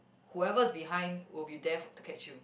whoever is behind will be there to catch you